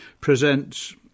presents